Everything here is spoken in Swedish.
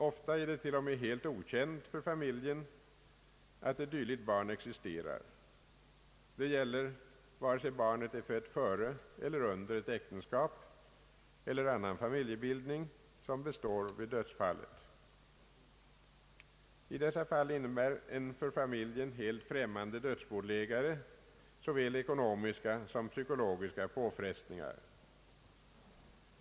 Ofta är det t.o.m. helt okänt för familjen att ett dylikt barn existerar. Detta gäller vare sig barnet är fött före eller under ett äktenskap — eller annan familjebildning — som består vid dödsfallet. I dessa fall innebär en för familjen helt främmande dödsbodelägare såväl ekonomiska som psykologiska påfrestningar.